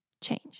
change